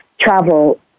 travel